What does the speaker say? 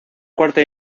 cuarta